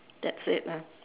that's it ah